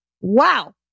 Wow